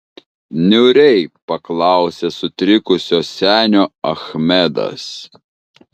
niūriai paklausė sutrikusio senio achmedas